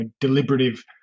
deliberative